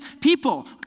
people